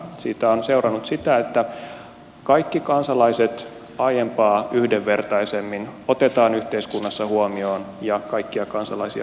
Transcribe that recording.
siitä on seurannut sitä että kaikki kansalaiset aiempaa yhdenvertaisemmin otetaan yhteiskunnassa huomioon ja kaikkia kansalaisia arvostetaan